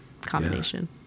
combination